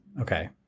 Okay